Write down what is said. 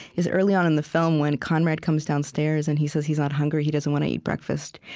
is early on in the film, when conrad comes downstairs, and he says he's not hungry. he doesn't want to eat breakfast.